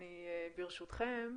אני ברשותכם,